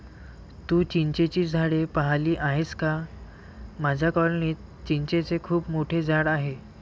तू चिंचेची झाडे पाहिली आहेस का माझ्या कॉलनीत चिंचेचे खूप मोठे झाड आहे